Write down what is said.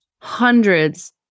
hundreds